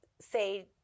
say